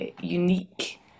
unique